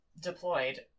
deployed